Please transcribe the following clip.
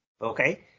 Okay